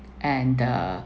and the